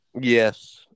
Yes